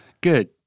Good